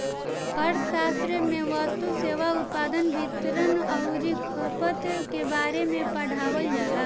अर्थशास्त्र में वस्तु, सेवा, उत्पादन, वितरण अउरी खपत के बारे में पढ़ावल जाला